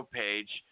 page